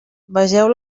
vegeu